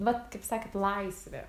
vat kaip sakėt laisvė